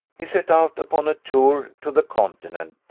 he set out upon a tour to the continent,